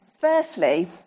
Firstly